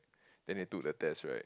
then they took the test right